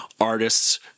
artists